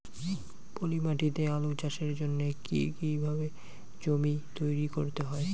পলি মাটি তে আলু চাষের জন্যে কি কিভাবে জমি তৈরি করতে হয়?